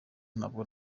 ntabwo